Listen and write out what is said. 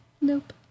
Nope